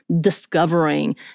discovering